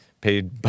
paid